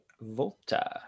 volta